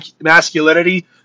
masculinity